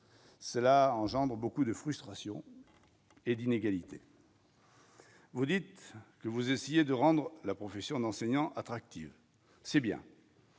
cela engendre beaucoup de frustration et d'inégalités. Vous dites que vous essayez de rendre la profession d'enseignant attractive c'est bien.